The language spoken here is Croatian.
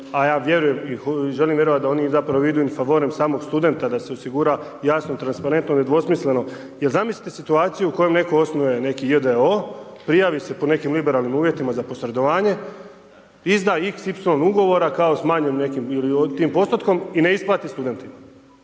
i želim vjerovati da oni zapravo idu in favorem samog studenta da se osigura jasno i transparentno, nedvosmisleno. Jer zamislite situaciju u kojoj netko osnuje neki j.d.o.o., prijavi se po nekim liberalnim uvjetima za posredovanje izda xy ugovora kao .../Govornik se ne razumije./... postotkom i ne isplati studenta